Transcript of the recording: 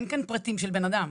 אין כאן פרטים של בן אדם,